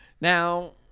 Now